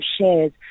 shares